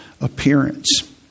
appearance